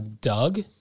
Doug